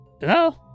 Hello